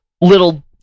little